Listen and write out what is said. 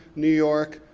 new york,